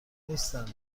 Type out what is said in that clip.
نیستن